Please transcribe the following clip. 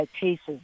cases